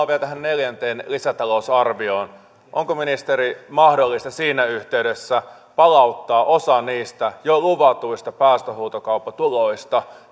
vielä tähän neljänteen lisätalousarvioon onko ministeri mahdollista siinä yhteydessä palauttaa osa niistä jo luvatuista päästöhuutokauppatuloista